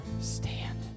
stand